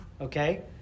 Okay